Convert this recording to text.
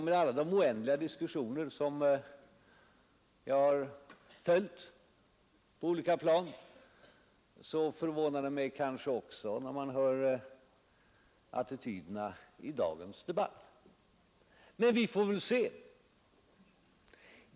Med alla de oändliga diskussioner som jag har följt på olika plan förvånar det mig kanske också, när man tar del av attityderna i dagens debatt, men vi får väl se.